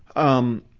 um,